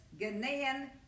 Ghanaian